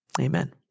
Amen